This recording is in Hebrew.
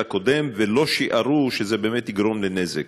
הקודם ולא שיערו שזה באמת יגרום לנזק.